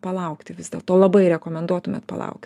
palaukti vis dėlto labai rekomenduotumėt palaukt